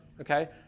okay